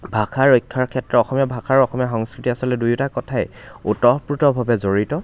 ভাষাৰ ৰক্ষাৰ ক্ষেত্ৰত অসমীয়া ভাষাৰ অসমীয়া সংস্কৃতিৰ আচলতে দুয়োটা কথাই ওতঃপোতভাৱে জড়িত